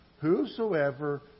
Whosoever